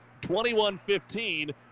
21-15